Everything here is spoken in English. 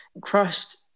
crushed